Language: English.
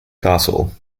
castle